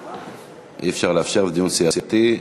אי-אפשר לאפשר, זה דיון סיעתי.